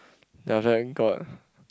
then after that got